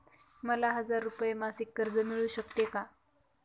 मला हजार रुपये मासिक कर्ज मिळू शकते का?